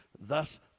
thus